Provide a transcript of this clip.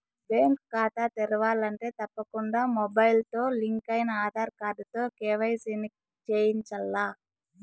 bank కాతా తెరవాలంటే తప్పకుండా మొబయిల్తో లింకయిన ఆదార్ కార్డుతో కేవైసీని చేయించాల్ల